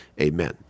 Amen